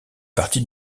partie